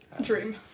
Dream